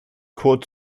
kot